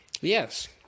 Yes